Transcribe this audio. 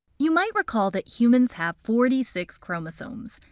you might recall that humans have forty six chromosomes.